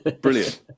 brilliant